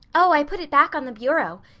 oh, i put it back on the bureau.